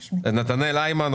נתנאל היימן,